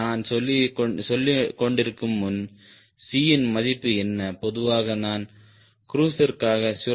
நான் சொல்லிக்கொண்டிருக்குமுன் C இன் மதிப்பு என்ன பொதுவாக நான் க்ரூஸிற்காக 0